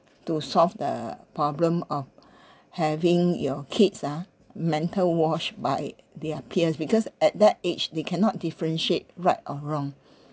to solve the problem of having your kids ah mental washed by their peers because at that age they cannot differentiate right or wrong